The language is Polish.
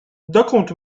dokąd